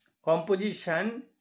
composition